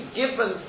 given